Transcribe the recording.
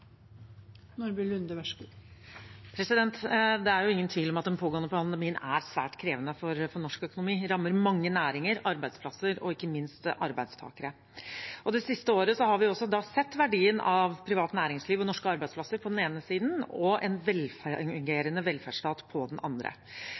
svært krevende for norsk økonomi. Den rammer mange næringer, arbeidsplasser og ikke minst arbeidstakere. Det siste året har vi sett verdien av privat næringsliv og norske arbeidsplasser på den ene siden og en